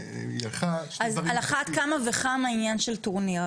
על אחת כמה וכמה עניין של טורניר.